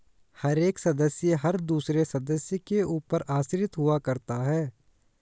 हर एक सदस्य हर दूसरे सदस्य के ऊपर आश्रित हुआ करता है